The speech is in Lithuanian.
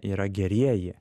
yra gerieji